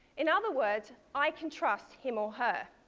in other words, i can trust him or her.